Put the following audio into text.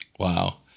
Wow